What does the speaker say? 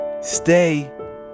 stay